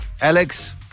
Alex